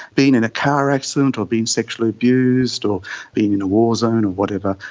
being in a car accident or being sexually abused or being in a war zone or whatever,